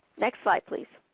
next slide please.